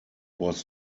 was